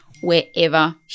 wherever